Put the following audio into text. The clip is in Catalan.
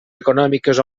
econòmiques